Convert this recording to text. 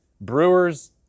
Brewers